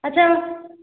ଆଚ୍ଛା